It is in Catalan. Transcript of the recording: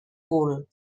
cul